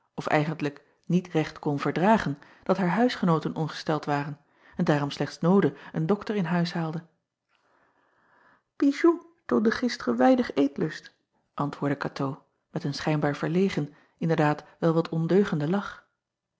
of eigentlijk niet recht kon verdragen dat haar huisgenooten ongesteld waren en daarom slechts noode een dokter in huis haalde ijou toonde gisteren weinig eetlust antwoordde atoo met een schijnbaar verlegen inderdaad wel wat ondeugenden lach